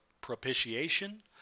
propitiation